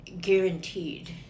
guaranteed